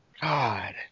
God